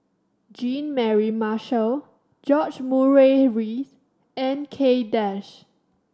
Jean Mary Marshall George Murray Reith and Kay Das